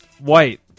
White